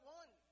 one